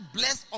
bless